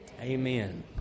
Amen